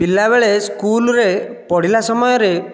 ପିଲାବେଳେ ସ୍କୁଲରେ ପଢ଼ିଲା ସମୟରେ